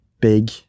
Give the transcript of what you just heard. big